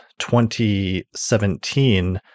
2017